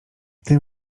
tym